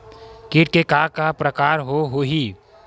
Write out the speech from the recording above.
कीट के का का प्रकार हो होही?